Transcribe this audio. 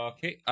Okay